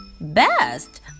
Best